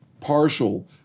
partial